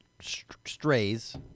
strays